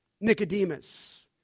Nicodemus